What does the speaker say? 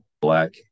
black